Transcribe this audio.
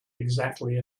exactly